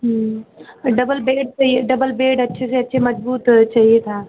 double bed सही है double bed अच्छे से अच्छे मज़बूत चाहिए था